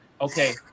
okay